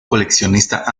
coleccionista